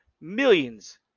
millions